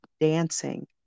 dancing